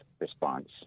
response